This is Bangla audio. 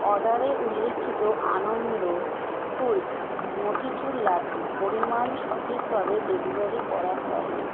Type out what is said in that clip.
অর্ডারে উল্লিখিত আনন্দ সুইটস মোতিচুর লাড্ডু পরিমাণ সঠিকভাবে ডেলিভারি করা হয়নি